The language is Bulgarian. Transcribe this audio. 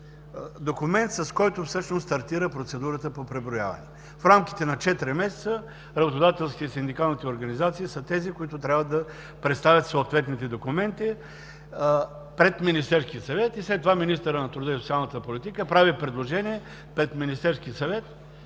документ, с който всъщност стартира процедурата по преброяването. В рамките на четири месеца работодателските и синдикалните организации са тези, които трябва да представят съответните документи пред Министерския съвет. След това министърът на труда и социалната политика прави предложение пред Министерския съвет,